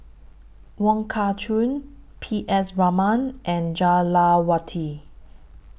Wong Kah Chun P S Raman and Jah Lelawati